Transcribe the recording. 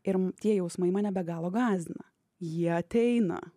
ir tie jausmai mane be galo gąsdina jie ateina